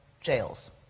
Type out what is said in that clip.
jails